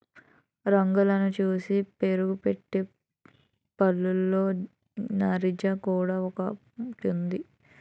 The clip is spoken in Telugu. రంగును చూసి పేరుపెట్టిన పళ్ళులో నారింజ కూడా ఒకటి ఉంది